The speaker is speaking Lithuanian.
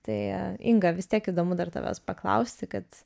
tai inga vis tiek įdomu dar tavęs paklausti kad